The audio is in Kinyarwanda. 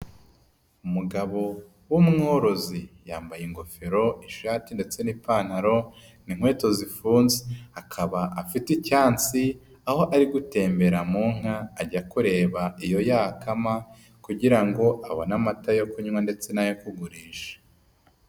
Umugabo w'umworozi yambaye ingofero, ishati ndetse n'ipantaro n'inketo zifunze. Akaba afite icyansi aho ari gutembera mu nka ajya kureba iyo yakama kugira ngo abone amata yo kunywa ndetse n'ayo kugurisha.